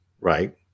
right